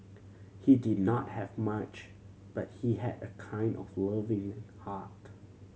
he did not have much but he had a kind of loving heart